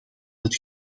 het